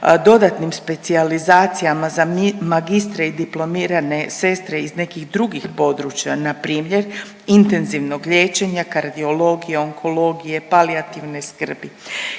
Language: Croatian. dodatnim specijalizacijama za magistre i diplomirane sestre iz nekih drugih područja na primjer intenzivnog liječenja, kardiologije, onkologije, palijativne skrbi